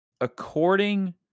according